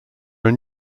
are